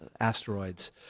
asteroids